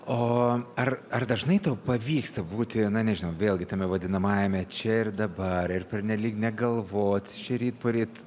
o ar ar dažnai tau pavyksta būti na nežinau vėlgi tame vadinamajame čia ir dabar ir pernelyg negalvot šįryt poryt